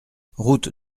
route